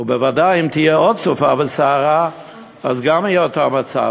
ובוודאי אם תהיה עוד סופה וסערה גם יהיה אותו מצב.